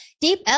Deep